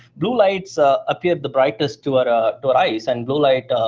blue lights appear the brightest to our ah to our eyes and blue light